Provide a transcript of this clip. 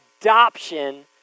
Adoption